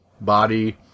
body